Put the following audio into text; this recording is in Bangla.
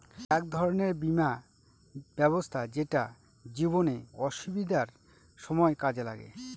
এক ধরনের বীমা ব্যবস্থা যেটা জীবনে অসুবিধার সময় কাজে লাগে